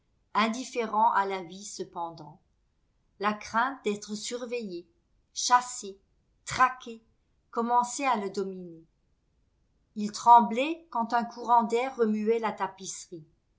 indifférent à la vie cependant la crainte d'être surveillé chassé traqué commençait à le dominer il tremblait quand un courant d'air remuait la tapisserie